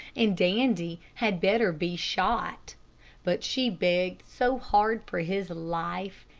and dandy had better be shot but she begged so hard for his life,